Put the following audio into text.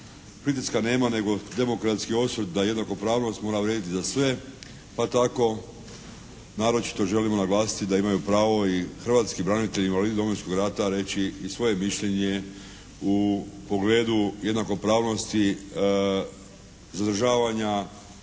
Pritiska nema, nego demokratski osvrt da jednakopravnost mora vrijediti za sve pa tako naročito želimo naglasiti da imaju pravo i hrvatski branitelji, invalidi Domovinskog rata reći i svoje mišljenje u pogledu jednakopravnosti zadržavanja,